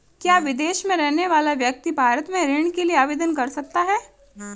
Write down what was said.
क्या विदेश में रहने वाला व्यक्ति भारत में ऋण के लिए आवेदन कर सकता है?